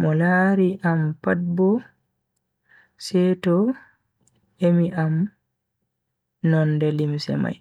mo lari am pat Bo seto emi am nonde limse mai.